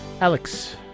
Alex